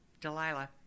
Delilah